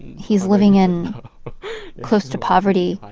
he's living in close to poverty,